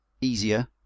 easier